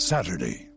Saturday